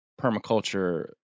permaculture